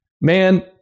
Man